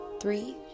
three